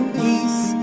peace